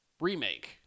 remake